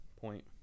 point